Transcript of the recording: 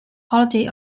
holiday